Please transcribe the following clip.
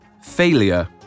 failure